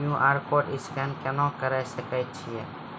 QR code scan केना करै सकय छियै?